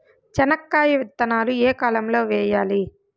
చెనక్కాయ విత్తనాలు ఏ కాలం లో వేయాలి?